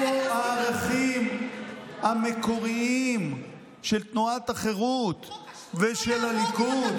אבל איפה הערכים המקוריים של תנועת החרות ושל הליכוד?